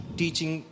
teaching